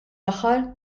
aħħar